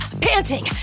panting